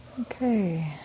Okay